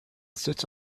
sits